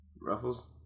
ruffles